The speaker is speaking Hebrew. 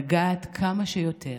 לגעת כמה שיותר.